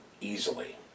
Easily